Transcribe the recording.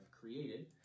created